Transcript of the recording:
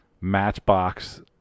matchbox